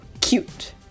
cute